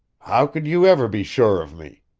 how could you ever be sure of me?